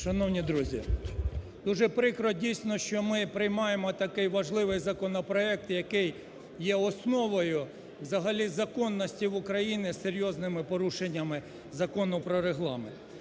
Шановні друзі, дуже прикро дійсно, що ми приймаємо такий важливий законопроект, який є основою взагалі законності в Україні з серйозними порушеннями Закону про Регламент.